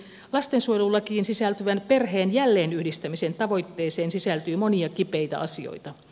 lastensuojelulakiin sisältyvän perheen jälleenyhdistämisen tavoitteeseen sisältyy monia kipeitä asioita